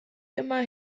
immer